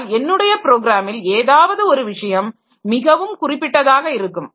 ஆனால் என்னுடைய ப்ரோக்ராமில் ஏதாவது ஒரு விஷயம் மிகவும் குறிப்பிட்டதாக இருக்கும்